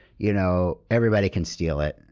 you know everybody can steal it,